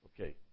Okay